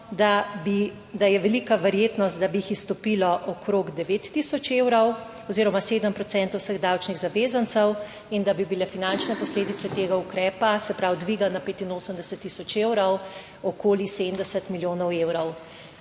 da je velika verjetnost, da bi jih izstopilo okrog 9 tisoč evrov oziroma 7 procentov vseh davčnih zavezancev in da bi bile finančne posledice tega ukrepa, se pravi dviga na 85 tisoč evrov, okoli 70 milijonov evrov.